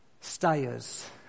Stayers